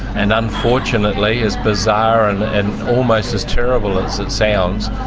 and unfortunately, as bizarre and almost as terrible as it sounds,